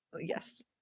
yes